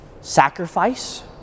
sacrifice